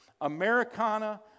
Americana